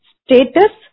status